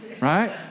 right